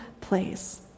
place